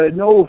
no